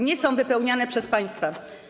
Nie są wypełnianie przez państwa.